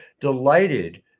delighted